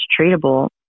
treatable